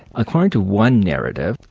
according to one narrative,